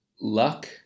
Luck